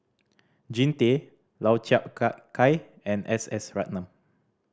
Jean Tay Lau Chiap Khai and S S Ratnam